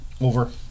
over